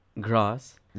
grass